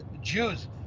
Jews